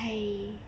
!hais!